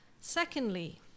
Secondly